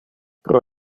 pro